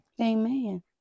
Amen